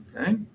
okay